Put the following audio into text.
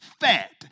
fat